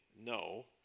no